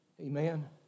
Amen